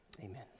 amen